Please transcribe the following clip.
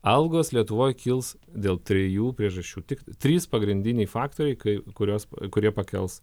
algos lietuvoj kils dėl trijų priežasčių tik trys pagrindiniai faktoriai kai kurios kurie pakels